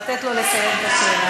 לתת לו לסיים את השאלה.